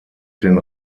den